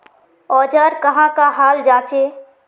औजार कहाँ का हाल जांचें?